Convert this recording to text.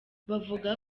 bavuga